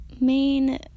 main